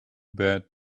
bad